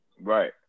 Right